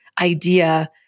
idea